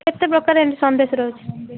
କେତେ ପ୍ରକାର ସନ୍ଦେଶ ରହୁଛି